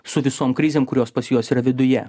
su visom krizėm kurios pas juos yra viduje